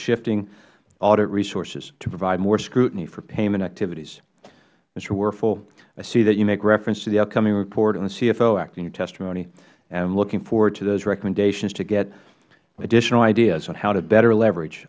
shifting audit resources to provide more scrutiny for payment activities mister werfel i see that you make reference to the upcoming report on the cfo act in your testimony and i am looking forward to those recommendations to get additional ideas on how to better leverage